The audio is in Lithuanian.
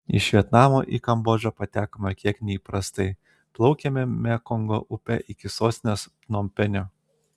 iš vietnamo į kambodžą patekome kiek neįprastai plaukėme mekongo upe iki sostinės pnompenio